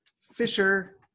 Fisher